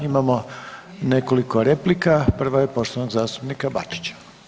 Imamo nekoliko replika, prva je poštovanog zastupnika Bačića.